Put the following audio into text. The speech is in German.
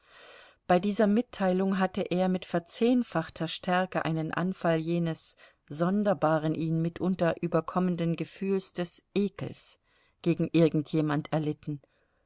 bei dieser mitteilung hatte er mit verzehnfachter stärke einen anfall jenes sonderbaren ihn mitunter überkommenden gefühls des ekels gegen irgend jemand erlitten